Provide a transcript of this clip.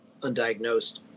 undiagnosed